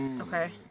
Okay